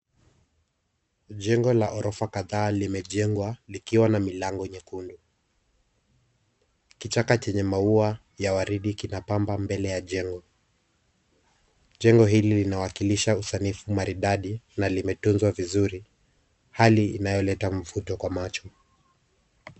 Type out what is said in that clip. Jengo la orofa kadhaa limejengwa likiwa na milango nyekundu. Kichaka chenye maua ya waridi kinapamba mbele ya jengo. Jengo hili linawakilisha usanifu maridadi na limetunzwa vizuri, hali inayoleta mvuto kwa macho.